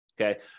okay